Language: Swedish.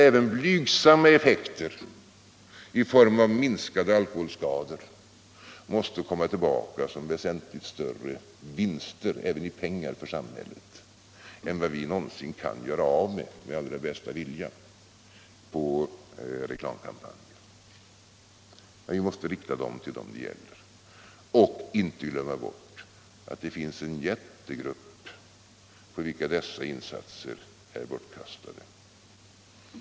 Även blygsamma effekter i form av minskade alkoholskador måste komma tillbaka som väsentligt större vinster för samhället — även i pengar — än vi någonsin kan göra av med på reklamkampanjer. Men vi måste rikta dem till dem det gäller och inte glömma bort att det finns en jättegrupp för vilken dessa insatser är bortkastade.